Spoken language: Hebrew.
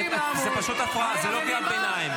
זו פשוט הפרעה, זו לא קריאת ביניים.